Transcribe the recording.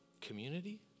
community